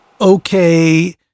Okay